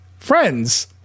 Friends